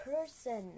person